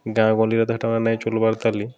ଗାଁ ଗହଳିରେ ହେଟା ମାନେ ନାଇଁ ଚଲବାର୍ ତାଲି